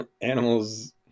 Animals